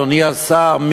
אדוני השר,